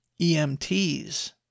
EMTs